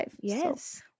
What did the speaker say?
Yes